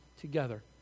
together